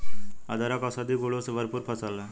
अदरक औषधीय गुणों से भरपूर फसल है